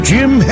Jim